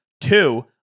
Two